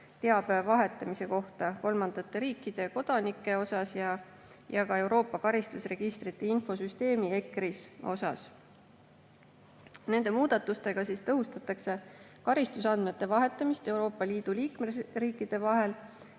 teabe vahetamise kohta kolmandate riikide kodanike ja ka Euroopa karistusregistrite infosüsteemi ECRIS suhtes. Nende muudatustega tõhustatakse karistusandmete vahetamist Euroopa Liidu liikmesriikide vahel